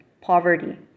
poverty